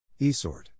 Esort